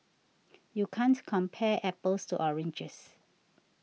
you can't compare apples to oranges